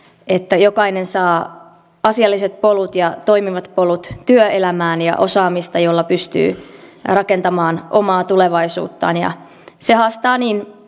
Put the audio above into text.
että jokainen saa asialliset polut ja toimivat polut työelämään ja osaamista jolla pystyy rakentamaan omaa tulevaisuuttaan se haastaa